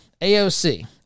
AOC